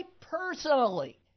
personally